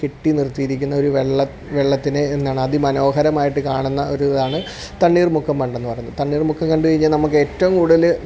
കെട്ടി നിർത്തിയിരിക്കുന്ന ഒരു വെള്ളം വെള്ളത്തിനെ എന്താണ് അതിമനോഹരമായിട്ട് കാണുന്ന ഒരു ഇതാണ് തണ്ണീർമുക്കം ബണ്ടെന്ന് പറഞ്ഞ തണ്ണീർമുക്കം കണ്ടു കഴിഞ്ഞാൽ നമുക്ക് ഏറ്റവും കൂടല്